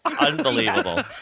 Unbelievable